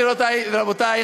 גבירותי ורבותי,